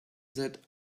that